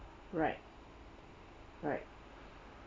right right